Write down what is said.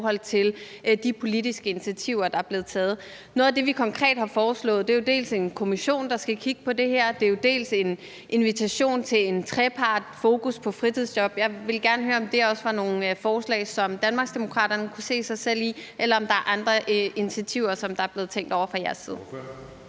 til de politiske initiativer, der er blevet taget. Noget af det, vi konkret har foreslået, er dels en kommission, der skal kigge på det her, dels en invitation til en trepartsforhandling og fokus på fritidsjob. Jeg vil gerne høre, om det også er nogle forslag, som Danmarksdemokraterne kan se sig selv i, eller om der er andre initiativer, der er blevet tænkt over fra jeres side.